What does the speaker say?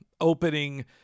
opening